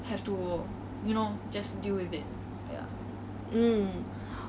such as err baking a cake and making a drink